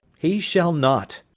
he shall not.